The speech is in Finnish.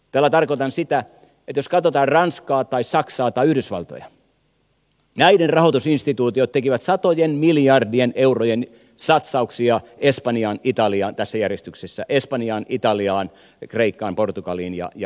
tällä tarkoitan sitä että jos katsotaan ranskaa tai saksaa tai yhdysvaltoja näiden rahoitusinstituutiot tekivät satojen miljardien eurojen satsauksia espanjaan italiaan tässä järjestyksessä espanjaan italiaan kreikkaan portugaliin irlantiin ja niin poispäin